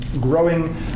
growing